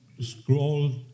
scroll